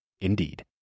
Indeed